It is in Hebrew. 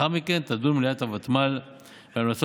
לאחר מכן תדון מליאת הוותמ"ל בהמלצות